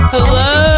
Hello